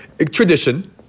Tradition